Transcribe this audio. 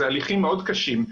אלה הליכים מאוד קשים,